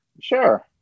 Sure